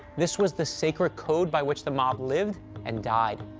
this was the sacred code by which the mob lived and died.